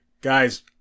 guys